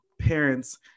parents